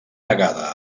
negada